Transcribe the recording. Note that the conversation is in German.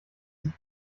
sich